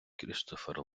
крістофер